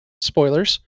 Spoilers